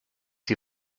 sie